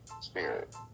spirit